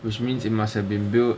which means it must have been built